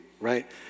right